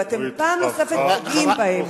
ואתם פעם נוספת פוגעים בהם.